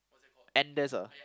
Andes ah